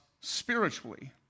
spiritually